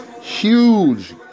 huge